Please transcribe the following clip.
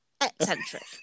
eccentric